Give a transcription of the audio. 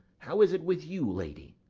how is it with you, lady?